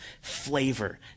flavor